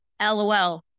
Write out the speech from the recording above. lol